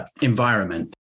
environment